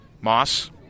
Moss